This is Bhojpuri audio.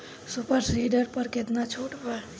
सुपर सीडर पर केतना छूट बा?